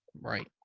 Right